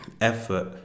effort